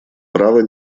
право